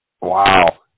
Wow